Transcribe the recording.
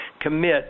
commit